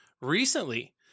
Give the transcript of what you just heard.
recently